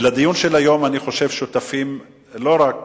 אני חושב שלדיון של היום שותפים לא רק